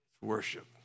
worship